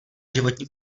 životní